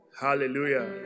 Hallelujah